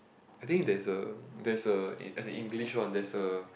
I think there's a there's a as in English one there's a